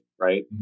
right